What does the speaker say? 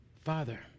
Father